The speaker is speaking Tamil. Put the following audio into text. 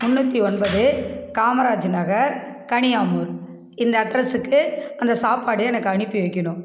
மூண்ணுற்றி ஒன்பது காமராஜ் நகர் கனியாமூர் இந்த அட்ரஸுக்கு அந்த சாப்பாடு எனக்கு அனுப்பி வைக்கணும்